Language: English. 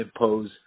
impose